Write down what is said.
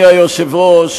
היושב-ראש,